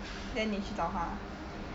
then 你去找他啊